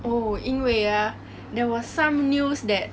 oh 因为 ah there was some news that